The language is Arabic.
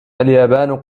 اليابان